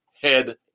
head